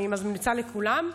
אני ממליצה לכולם,